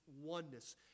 oneness